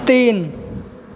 तीन